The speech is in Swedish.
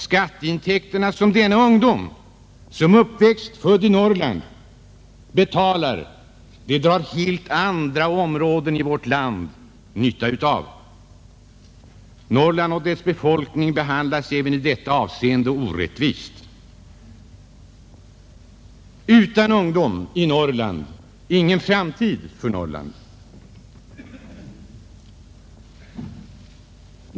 Skatteintäkterna, från denna ungdom — född och uppväxt i Norrland — drar helt andra områden i vårt land nytta av. Norrland och dess befolkning behandlas även i detta avseende orättvist. Utan ungdom i Norrland ingen framtid för Norrland!